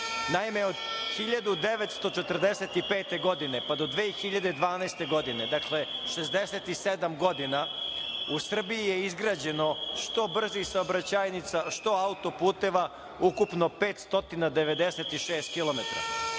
godina. Naime, od 1945. godine pa do 2012. godine, dakle, 67 godina, u Srbiji je izgrađeno što brzih saobraćajnica, što autoputeva, ukupno 596 kilometara,